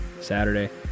Saturday